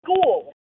school